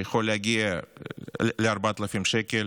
שיכול להגיע ל-4,000 שקל.